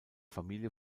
familie